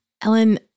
Ellen